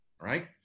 right